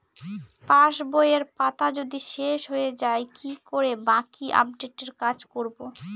পাসবইয়ের পাতা যদি শেষ হয়ে য়ায় কি করে বাকী আপডেটের কাজ করব?